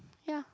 ya